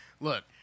Look